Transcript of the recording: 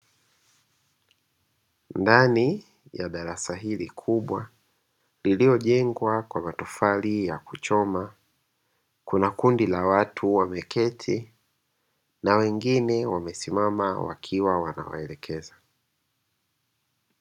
Ndani ya darasa hili kubwa, lililojengwa kwa matofali ya kuchoma, kuna kundi la watu wameketi na wengine wamesimama wakiwa wanawaelekeza.